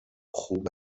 خوب